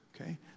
Okay